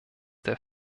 der